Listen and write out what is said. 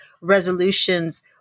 resolutions